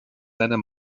seiner